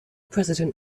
president